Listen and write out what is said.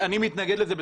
אני מתנגד לזה.